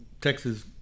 Texas